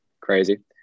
crazy